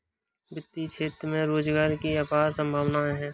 वित्तीय क्षेत्र में रोजगार की अपार संभावनाएं हैं